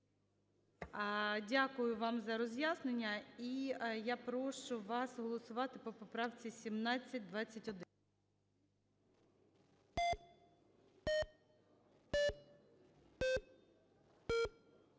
Дякую вам за роз'яснення. І я прошу вас голосувати по поправці 1721.